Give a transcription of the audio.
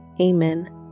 Amen